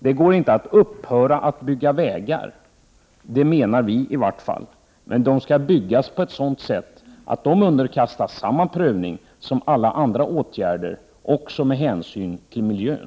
Det går inte att upphöra att bygga vägar, men de skall byggas på ett sådant sätt att de underkastas samma prövning som alla andra åtgärder med hänsyn till miljön.